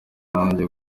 najya